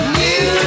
new